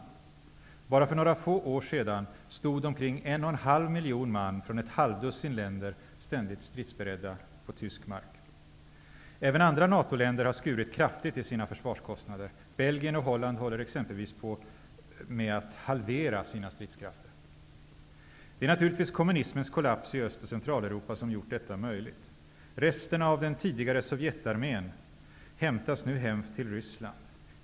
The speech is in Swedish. Bara för några få år sedan stod omkring 1,5 miljoner man från ett halvdussin länder ständigt stridsberedda på tysk mark. Även andra NATO-länder har skurit kraftigt i sina försvarskostnader. Belgien och Holland håller på att halvera sina stridskrafter. Det är naturligtvis kommunismens kollaps i Östoch Centraleuropa som gjort detta möjligt. Resterna av den tidigare sovjetarmén hämtas nu hem till Ryssland.